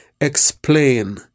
explain